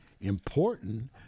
important